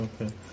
Okay